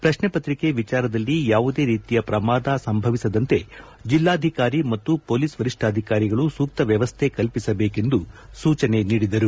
ಪ್ರಶ್ನೆಪತ್ರಿಕೆ ವಿಚಾರದಲ್ಲಿ ಯಾವುದೇ ರೀತಿಯ ಪ್ರಮಾದ ಸಂಭವಿಸದಂತೆ ಜೆಲ್ಲಾಧಿಕಾರಿ ಮತ್ತು ಮೊಲೀಸ್ ವರಿಷ್ಠಾಧಿಕಾರಿಗಳು ಸೂಕ್ತ ವ್ಯವಸ್ಥೆ ಕಲ್ಲಿಸಬೇಕೆಂದು ಸೂಚನೆ ನೀಡಿದರು